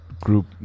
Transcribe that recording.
group